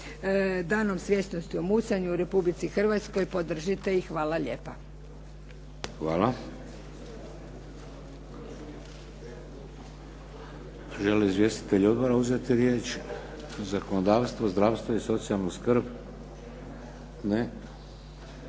Danom svjesnosti o mucanju u Republici Hrvatskoj podržite. Hvala lijepa. **Šeks, Vladimir (HDZ)** Hvala. Žele li izvjestitelji odbora uzeti riječ, zakonodavstvo, zdravstvo i socijalnu skrb? Ne.